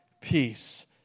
peace